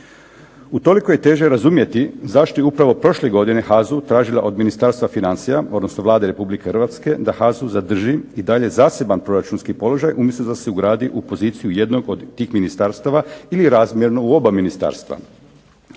Utoliko je teže razumjeti zašto je upravo prošle godine HAZU tražila od Ministarstva financija, odnosno Vlade Republike Hrvatske da HAZU zadrži i dalje zaseban proračunski položaj umjesto da se ugradi u poziciju jednog od tih ministarstava ili razmjerno u oba ministarstva.